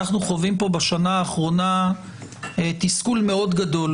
אנחנו חווים פה בשנה האחרונה תסכול מאוד גדול